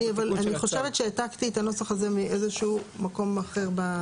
אבל אני חושבת שהעקתי את הנוסח הזה מאיזה שהוא מקום אחר.